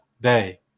day